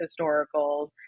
historicals